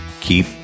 keep